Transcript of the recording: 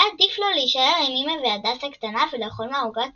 היה עדיף לו להישאר עם אמא והדס הקטנה ולאכול מהעוגת